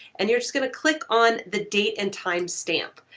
and you're just gonna click on the date and timestamp.